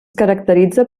caracteritza